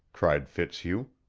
cried fitzhugh.